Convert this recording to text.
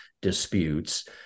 disputes